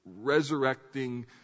resurrecting